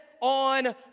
on